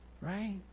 right